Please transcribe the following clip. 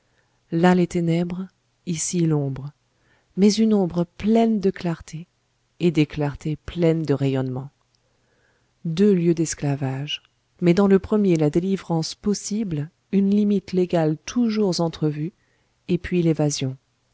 là les ténèbres ici l'ombre mais une ombre pleine de clartés et des clartés pleines de rayonnements deux lieux d'esclavage mais dans le premier la délivrance possible une limite légale toujours entrevue et puis l'évasion